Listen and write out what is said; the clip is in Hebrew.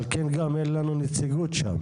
על כן גם אין לנו נציגות שם.